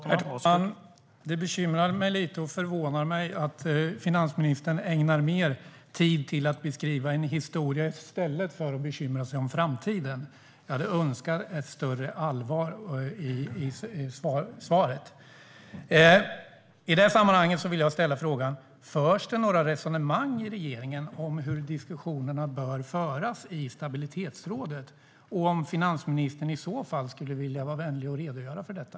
Herr talman! Det bekymrar mig och förvånar mig att finansministern ägnar mer tid åt att beskriva en historia i stället för att bekymra sig om framtiden. Jag hade önskat ett större allvar i svaret. I det här sammanhanget vill jag ställa frågan: Förs det några resonemang i regeringen om hur diskussionerna bör föras i stabilitetsrådet? Skulle finansministern i så fall vilja vara vänlig och redogöra för detta?